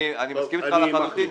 אני מסכים איתך לחלוטין,